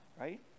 right